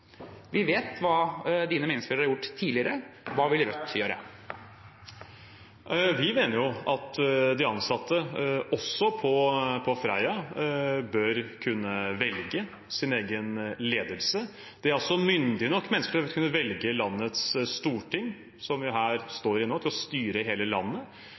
vi vet hva representantens meningsfeller har gjort tidligere? Hva vil Rødt gjøre? Vi mener at de ansatte, også på Freia, bør kunne velge sin egen ledelse. Det er mennesker myndige nok til å kunne velge landets storting, som vi står i nå, til å styre hele landet.